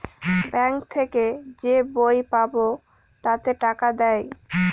bank থেকে যে বই পাবো তাতে টাকা দেয়